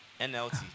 NLT